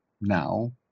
now